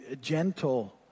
gentle